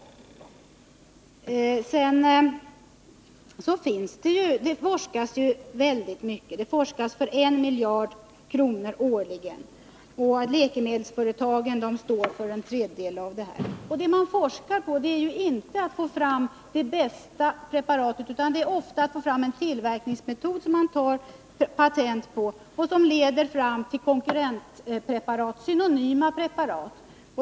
Vissa läkemedels Det forskas ju väldigt mycket — för en miljard kronor årligen. Läkemedelsföretagen står för en tredjedel av detta. Målet för forskningarna är ju inte att få fram det bästa preparatet, utan det är ofta att få fram en tillverkningsmetod som man kan ta patent på — och som leder till konkurrentpreparat, synonyma preparat.